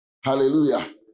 Hallelujah